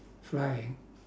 flying